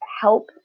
help